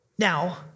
Now